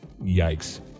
yikes